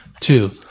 two